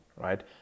right